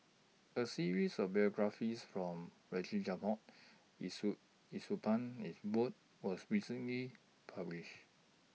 A series of biographies from Yee Siew Yee Siew Pun was recently published